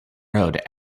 road